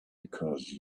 because